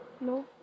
No